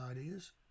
ideas